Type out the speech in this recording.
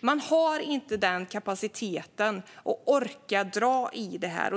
Man har inte kapaciteten att orka dra i detta.